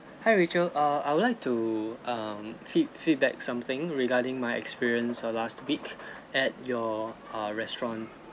hi rachel err I would like to um feed feedback something regarding my experience uh last week at your uh restaurant